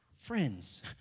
friends